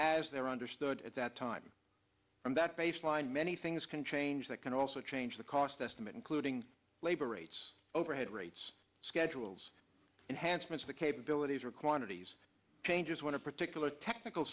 as they are understood at that time and that baseline many things can change that can also change the cost estimate including labor rates overhead rates schedules and handsomest the capabilities or quantities changes when a particular technical